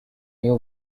new